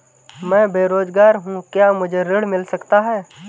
मैं बेरोजगार हूँ क्या मुझे ऋण मिल सकता है?